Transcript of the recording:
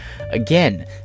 Again